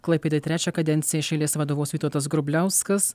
klaipėdai trečią kadenciją iš eilės vadovaus vytautas grubliauskas